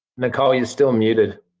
nicole, you're still muted.